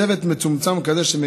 הצוות השני